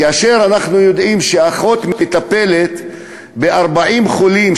כאשר אנחנו יודעים שאחות מטפלת ב-40 חולים,